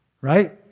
right